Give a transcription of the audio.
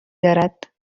دارد